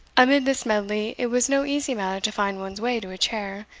amid this medley, it was no easy matter to find one's way to a chair,